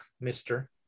mister